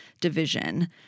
division